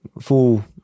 full